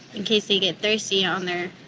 in case they get thirsty on their.